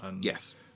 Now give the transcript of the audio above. Yes